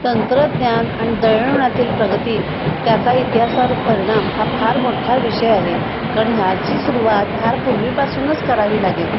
तंत्रज्ञान आणि दळणवळणातील प्रगती त्याचा इतिहासावर परिणाम हा फार मोठा विषय आहे कारण ह्याची सुरुवात फार पूर्वीपासूनच करावी लागेल